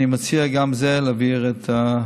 אני מציע גם את זה להעביר לעבודה,